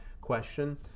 question